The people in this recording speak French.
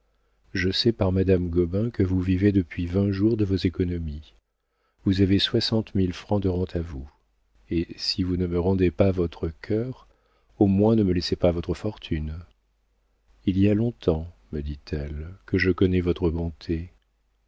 je sais par madame gobain que vous vivez depuis vingt jours de vos économies vous avez soixante mille francs de rentes à vous et si vous ne me rendez pas votre cœur au moins ne me laissez pas votre fortune il y a long-temps me dit-elle que je connais votre bonté